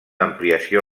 ampliació